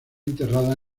enterrada